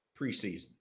preseason